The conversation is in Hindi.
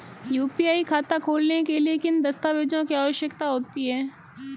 यू.पी.आई खाता खोलने के लिए किन दस्तावेज़ों की आवश्यकता होती है?